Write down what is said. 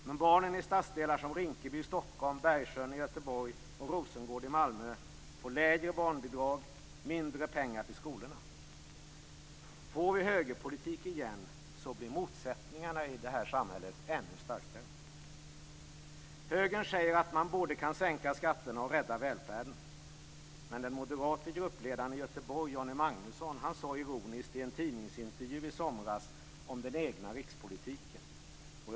Men barn i stadsdelar som Rinkeby i Stockholm, Bergsjön i Göteborg och Rosengård i Malmö får lägre barnbidrag och mindre pengar till skolorna. Blir det högerpolitik igen, blir motsättningarna i samhället ännu starkare. Högern säger att man både kan sänka skatterna och rädda välfärden. Men den moderate gruppledaren i Göteborg Johnny Magnusson uttalade sig ironiskt i en tidningsintervju i somras om den egna rikspolitiken.